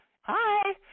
hi